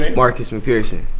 marcus mcpherson.